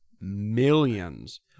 millions